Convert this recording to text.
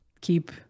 keep